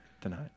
tonight